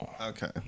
Okay